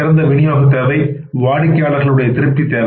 சிறந்த விநியோகத் தேவை வாடிக்கையாளர் திருப்தி தேவை